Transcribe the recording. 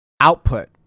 output